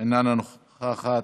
אינה נוכחת,